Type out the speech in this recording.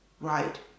right